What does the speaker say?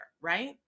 right